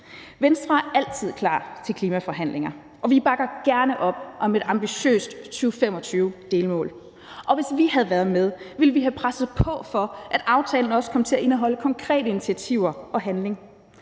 Venstre er altid klar til klimaforhandlinger, og vi bakker gerne op om et ambitiøst 2025-delmål, og hvis vi havde været med, ville vi have presset på for, at aftalen også kom til at indeholde konkrete initiativer og handling.